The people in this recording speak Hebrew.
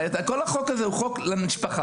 כל החוק הזה הוא חוק למשפחה.